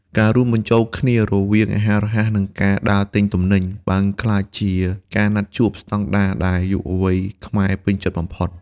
ការរួមបញ្ចូលគ្នារវាងអាហាររហ័ស និងការដើរទិញទំនិញ បានក្លាយជាការណាត់ជួបស្តង់ដារដែលយុវវ័យខ្មែរពេញចិត្តបំផុត។